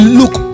look